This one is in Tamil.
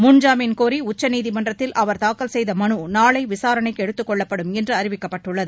முன்ஜாமீன் கோரி உச்சநீதிமன்றத்தில் அவர் தாக்கல் செய்த மனு நாளை விசாரணைக்கு எடுத்துக் கொள்ளப்படும் என்று அறிவிக்கப்பட்டுள்ளது